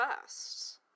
first